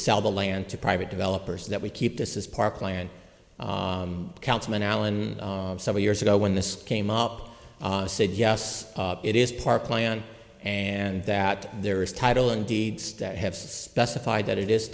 sell the land to private developers that we keep this is park land councilman allen several years ago when this came up said yes it is park land and that there is title and deeds that have specified that it is